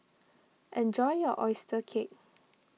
enjoy your Oyster Cake